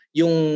yung